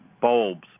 bulbs